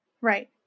Right